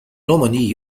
nominee